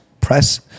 press